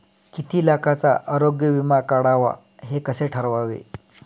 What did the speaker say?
किती लाखाचा आरोग्य विमा काढावा हे कसे ठरवावे?